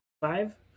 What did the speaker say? five